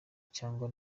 cyangwa